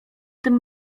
tym